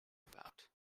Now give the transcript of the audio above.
about